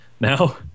now